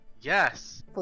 Yes